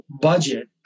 budget